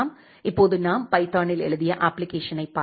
இப்போது நாம் பைதானில் எழுதிய அப்ப்ளிகேஷனை பார்ப்போம்